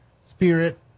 spirit